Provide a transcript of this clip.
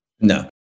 No